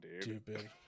dude